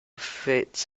fits